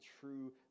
true